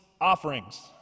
offerings